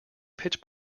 pitch